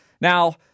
Now